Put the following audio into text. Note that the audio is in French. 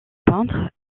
peindre